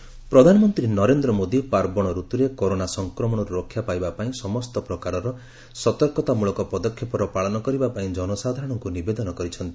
PM ପ୍ରଧାନମନ୍ତ୍ରୀ ନରେନ୍ଦ୍ର ମୋଦୀ ପାର୍ବଣଋତୁରେ corona ସଂକ୍ରମଣରୁ ରକ୍ଷା ପାଇବା ପାଇଁ ସମସ୍ତ ପ୍ରକାରର ସତର୍କତାମୂଳକ ପଦକ୍ଷେପର ପାଳନ କରିବା ପାଇଁ ଜନସାଧାରଣଙ୍କୁ ନିବେଦନ କରିଛନ୍ତି